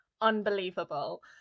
unbelievable